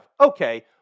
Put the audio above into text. okay